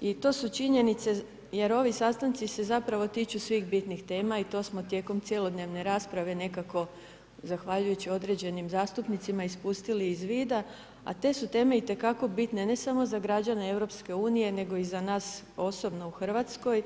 i to su činjenice, jer ovi sastanci se zapravo tiču svih bitnih tema i to smo tijekom cjelodnevne rasprave nekako zahvaljujući određenim zastupnicima ispustili iz vida, a te su teme itekako bitne ne samo za građane EU nego i za nas osobno u Hrvatskoj.